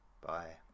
bye